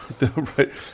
Right